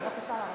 בבקשה לרדת.